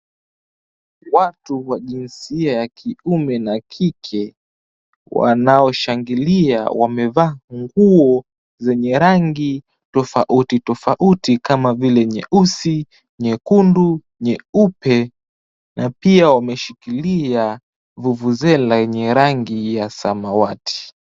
Watu wa jinsia ya kiume kike wanaoshangilia, wamevaa nguo zenye rangi tofauti tofauti, kama vile nyeusi, nyekundu, nyeupe, na pia wameshikilia vuvuzela yenye rangi ya samawati.